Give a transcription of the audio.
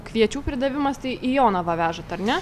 kviečių pridavimas tai į jonavą vežat ar ne